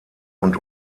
und